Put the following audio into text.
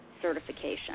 certification